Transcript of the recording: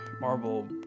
marble